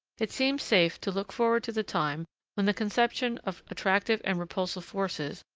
it seems safe to look forward to the time when the conception of attractive and repulsive forces,